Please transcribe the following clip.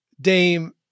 Dame